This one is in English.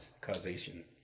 causation